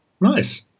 Nice